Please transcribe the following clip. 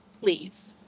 please